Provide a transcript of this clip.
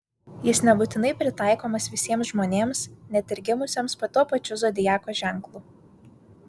jis nebūtinai pritaikomas visiems žmonėms net ir gimusiems po tuo pačiu zodiako ženklu